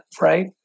right